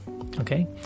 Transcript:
okay